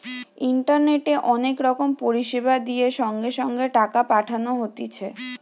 ইন্টারনেটে অনেক রকম পরিষেবা দিয়ে সঙ্গে সঙ্গে টাকা পাঠানো হতিছে